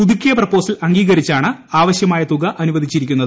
പുതുക്കിയ പ്രാപ്പോസൽ അംഗീകരിച്ചാണ് ആവശ്യമായ തുക അനുവദിച്ചിരിക്കുന്നത്